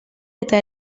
eta